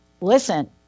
listen